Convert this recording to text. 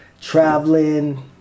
traveling